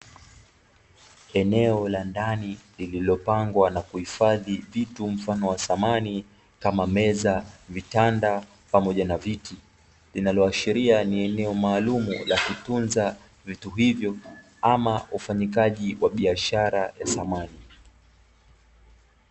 Eneo la ndani lililopangwa na kuhifadhi vitu mfano wa samani, kama: meza, vitanda pamoja na viti. Linaloashiria ni eneo maalumu la kutunza vitu hivyo ama ufanyikaji wa biashara ya samani.